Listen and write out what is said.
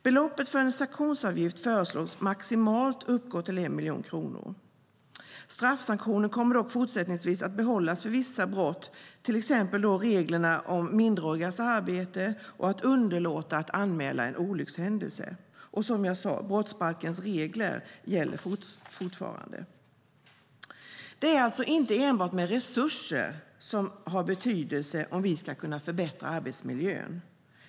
Beloppet för en sanktionsavgift föreslås maximalt vara 1 miljon kronor. Straffsanktionen kommer dock fortsättningsvis att behållas för vissa brott, till exempel reglerna om minderårigas arbete och att underlåta att anmäla en olyckshändelse. Och som jag sade: Brottsbalkens regler gäller fortfarande. Det är alltså inte enbart resurser som har betydelse om vi ska kunna förbättra arbetsmiljön.